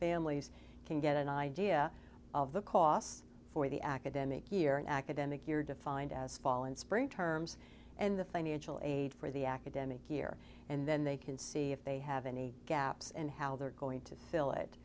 families can get an idea of the costs for the academic year an academic year defined as fall and spring terms and the financial aid for the academic year and then they can see if they have any gaps and how they're going to fill it